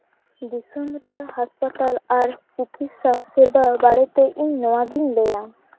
ᱫᱤᱥᱚᱢ ᱨᱮᱭᱟᱜ ᱦᱟᱥᱯᱟᱛᱟᱞ ᱟᱨ ᱪᱤᱠᱤᱛᱥᱟ ᱥᱮᱵᱟ ᱵᱟᱨᱮᱛᱮ ᱤᱧ ᱱᱚᱣᱟᱜᱤᱧ ᱞᱟᱹᱭᱟ